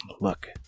look